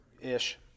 ish